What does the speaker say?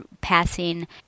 passing